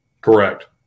Correct